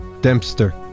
Dempster